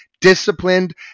disciplined